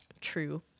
True